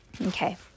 Okay